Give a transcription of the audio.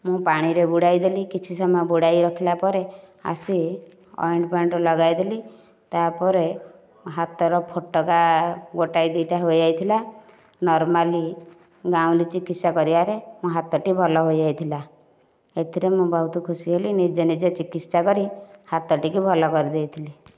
ମୁଁ ପାଣିରେ ବୁଡ଼ାଇଦେଲି କିଛି ସମୟ ବୁଡା଼ଇରଖିଲା ପରେ ଆସି ଅଏଣ୍ଟମେଣ୍ଟ ଲଗାଇଦେଲି ତାପରେ ହାତର ଫୋଟକା ଗୋଟେ ଦୁଇଟା ହୋଇଯାଇଥିଲା ନରମାଲି ଗାଉଁଲି ଚିକିତ୍ସା କରିବାରେ ମୋ ହାତଟି ଭଲ ହୋଇଯାଇଥିଲା ଏଥିରେ ମୁଁ ବହୁତ ଖୁସି ହେଲି ନିଜେ ନିଜେ ଚିକିତ୍ସା କରି ହାତଟିକୁ ଭଲ କରିଦେଇଥିଲି